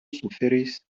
suferis